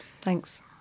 Thanks